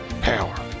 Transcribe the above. power